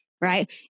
right